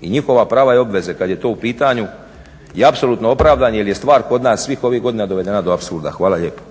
i njihova prava i obveze kad je to u pitanju je apsolutno opravdan. Jer je stvar kod nas svih ovih godina dovedena do apsurdna. Hvala lijepo.